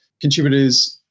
contributors